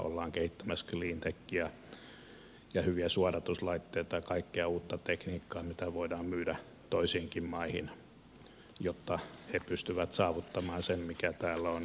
ollaan kehittämässä cleantechiä ja hyviä suodatuslaitteita ja kaikkea uutta tekniikkaa mitä voidaan myydä toisiinkin maihin jotta he pystyvät saavuttamaan sen mikä täällä on jo saavutettu